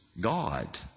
God